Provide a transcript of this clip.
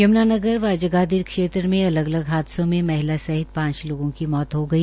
यमुनानगर व जगाधरी क्षेत्र में अलग अलग हादसों में महिला सहित पांच लोगों की मौत हो गई